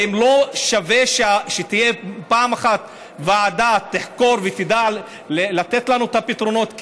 האם לא שווה שתהיה פעם אחת ועדה שתחקור ותדע לתת לנו את הפתרונות?